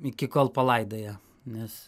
iki kol palaidoja nes